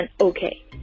okay